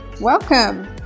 Welcome